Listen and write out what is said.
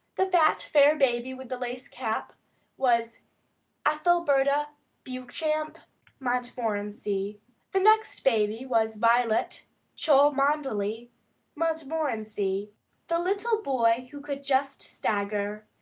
the fat, fair baby with the lace cap was ethelberta beauchamp montmorency the next baby was violet cholmondely montmorency the little boy who could just stagger,